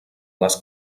les